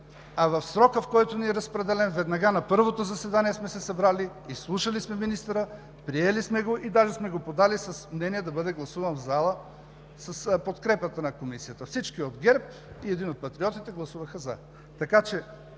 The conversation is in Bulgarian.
а в срока, в който ни е разпределен, веднага – на първото заседание сме се събрали, изслушали сме министъра, приели сме го и даже сме го подали с мнение да бъде гласуван в залата с подкрепата на Комисията – всички от ГЕРБ и един от Патриотите гласуваха „за“.